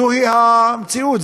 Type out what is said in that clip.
זוהי המציאות,